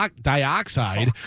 dioxide